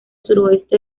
suroeste